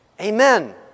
Amen